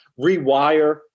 rewire